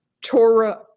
torah